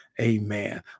Amen